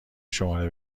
شماره